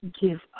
give